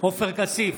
עופר כסיף,